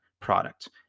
product